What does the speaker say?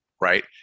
Right